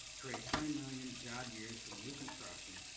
create twenty million job years from new construction,